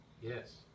Yes